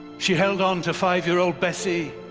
she held onto five year old bessie,